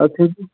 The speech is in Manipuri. ꯑꯗꯒꯤ